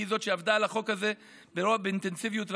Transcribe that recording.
כי היא שעבדה על החוק הזה באינטנסיביות רבה,